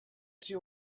two